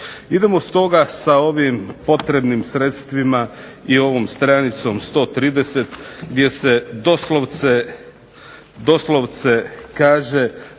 Idemo stoga sa ovim potrebnim sredstvima i ovom stranicom 130 gdje se doslovce kaže